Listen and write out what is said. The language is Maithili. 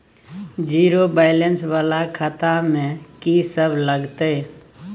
जीरो बैलेंस वाला खाता में की सब लगतै?